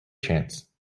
chance